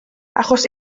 achos